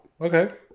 Okay